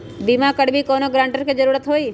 बिमा करबी कैउनो गारंटर की जरूरत होई?